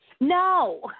No